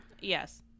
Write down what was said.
Yes